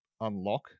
unlock